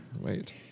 wait